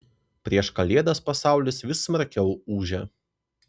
prieš kalėdas pasaulis vis smarkiau ūžia